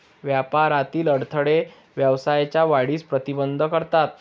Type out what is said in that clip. व्यापारातील अडथळे व्यवसायाच्या वाढीस प्रतिबंध करतात